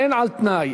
אין על-תנאי.